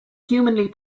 humanly